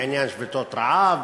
בעניין שביתות רעב?